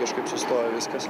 kažkaip sustoja viskas